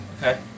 Okay